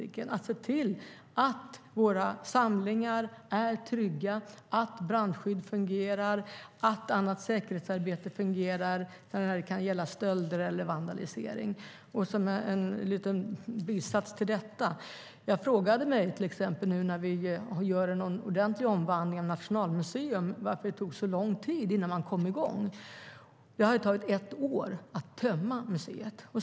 Det gäller att se till att våra samlingar är trygga, att brandskydd fungerar, att annat säkerhetsarbete fungerar, till exempel i fråga om stölder och vandalisering. Låt mig gå vidare på en bisats till detta. Jag frågade mig i samband med att det skulle ske en ordentlig omvandling av Nationalmuseum varför det tog så lång tid att komma i gång. Det har tagit ett år att tömma museet.